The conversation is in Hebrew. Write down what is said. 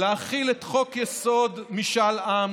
להחיל את חוק-יסוד: משאל עם